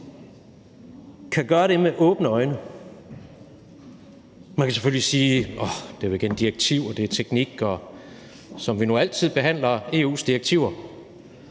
kan gøre det med åbne øjne. Man kan selvfølgelig sige: Arh, det er igen et direktiv, det er teknik, som vi behandler, som vi altid